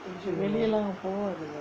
வெளியே லாம் போவாதுங்யே:veliyae laam povathungae